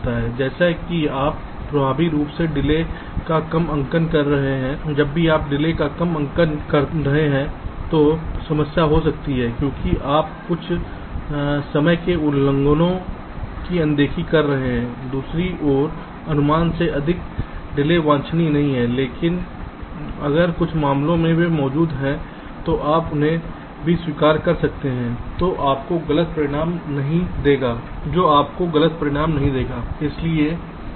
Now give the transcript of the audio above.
जैसे कि आप प्रभावी रूप से डिले का कम आंकलन कर रहे हैं जब भी आप डिले का कम आंकलन कर रहे हैं तो समस्या हो सकती है क्योंकि आप कुछ समय के उल्लंघन की अनदेखी कर सकते हैं दूसरी ओर अनुमान से अधिक डिले वांछनीय नहीं है लेकिन अगर कुछ मामलों में वे मौजूद हैं तो आप उन्हें भी स्वीकार कर सकते हैं जो आपको गलत परिणाम नहीं देगा ठीक है